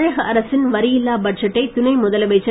தமிழக அரசின் வரியில்லா பட்ஜெட்டை துணை முதலமைச்சர்